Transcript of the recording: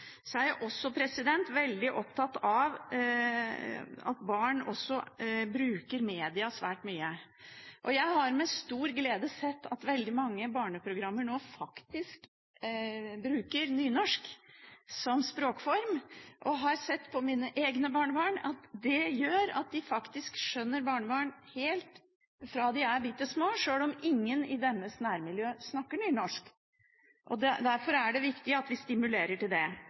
Så er jeg også veldig opptatt av at barn bruker media svært mye. Jeg har med stor glede sett at veldig mange barneprogrammer nå faktisk bruker nynorsk som språkform, og jeg har sett på mine egne barnebarn at det gjør at de faktisk skjønner nynorsk helt fra de er bitte små, sjøl om ingen i deres nærmiljø snakker nynorsk. Derfor er det viktig at vi stimulerer til det.